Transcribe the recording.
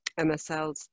MSLs